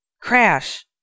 Crash